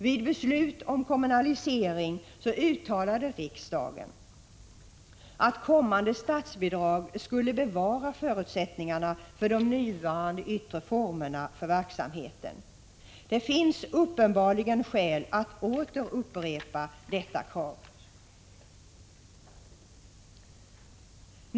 Vid beslutet om kommunalisering uttalade riksdagen att kommande statsbidrag skulle bevara förutsättningarna för de nuvarande yttre formerna för verksamheten. Det finns uppenbarligen skäl att åter upprepa detta krav.